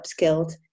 upskilled